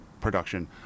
production